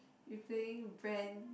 we playing brand